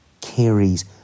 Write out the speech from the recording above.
carries